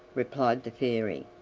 replied the fairy.